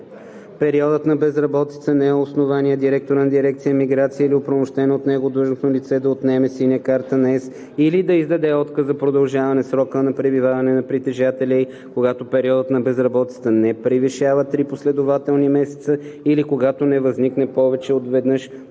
Периодът на безработица не е основание директорът на дирекция „Миграция“ или оправомощено от него длъжностно лице да отнеме „Синя карта на ЕС“ или да издаде отказ за продължаване срока на пребиваване на притежателя й, когато периодът на безработица не превишава три последователни месеца или когато не възникне повече от веднъж